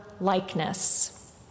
likeness